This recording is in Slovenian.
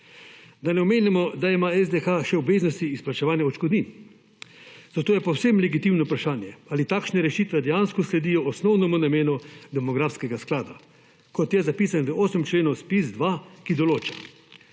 Da ne omenjam, da ima SDH še obveznosti izplačevanja odškodnin. Zato je povsem legitimno vprašanje, ali takšne rešitve dejansko sledijo osnovnemu namenu demografskega sklada, kot je zapisano v 8. členu ZPIS-2, ki določa: